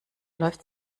läuft